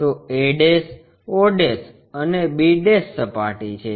તો a o અને b સપાટી છે